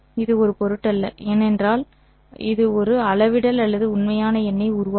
அது ஒரு பொருட்டல்ல ஏனென்றால் அது ஒரு அளவிடல் அல்லது உண்மையான எண்ணை உருவாக்கும்